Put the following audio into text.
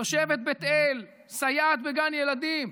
תושבת בית אל, סייעת בגן ילדים,